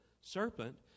serpent